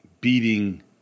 beating